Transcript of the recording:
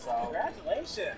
Congratulations